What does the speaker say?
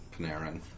Panarin